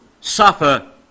suffer